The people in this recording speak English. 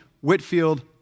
Whitfield